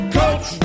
coach